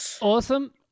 Awesome